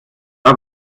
ist